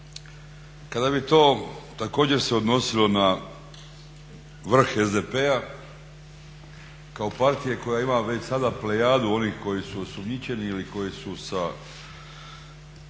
Kada bi to također se odnosilo na vrh SDP-a, kao partije koja ima već sada plejadu onih koji su osumnjičeni ili koji su sa